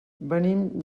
venim